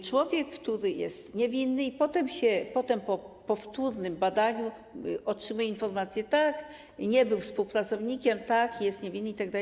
Człowiek, który jest niewinny, potem, po powtórnym badaniu otrzymuje informację, tak, nie był współpracownikiem, tak, jest niewinny itd.